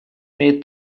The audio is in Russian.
имеет